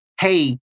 hey